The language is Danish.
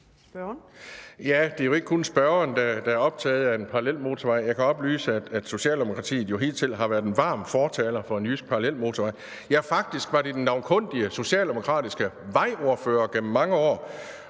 (V): Det er jo ikke kun spørgeren, der er optaget af en parallelmotorvej. Jeg kan jo oplyse, at Socialdemokratiet hidtil har været en varm fortaler for en jysk parallelmotorvej. Ja, faktisk var det den navnkundige socialdemokratiske vejordfører gennem mange år,